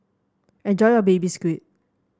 enjoy your Baby Squid